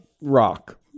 rock